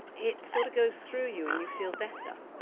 it sort of goes through you and you feel better,